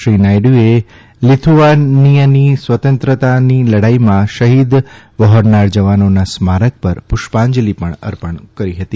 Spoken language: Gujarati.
શ્રી નાયડુએ લિથુઆનિયાની સ્વતંત્રતાની લડાઇમાં શહીદી વહોરનાર જવાનોના સ્મારક પર પુષ્પાંજલિ અર્પણ કરી હતી